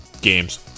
games